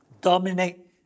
dominate